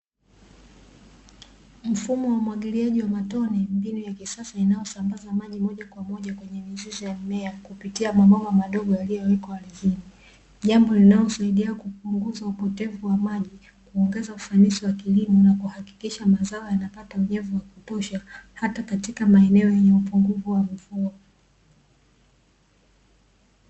Mfumo wa umwagiliaji wa matone mbinu ya kisasa inayosambaza maji moja kwa moja kwenye mizizi ya mima kupitia mabomba madogo yaliyowekwa ardhini jambo linalosaidia kupunguza upotevu wa maji, kuongeza ufanisi wa kilimo na kuhakikisha mazao yanapata unyevu wa kutosha hata katika maeneo yenye upungufu wa mvua.